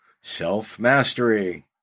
Self-mastery